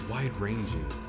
wide-ranging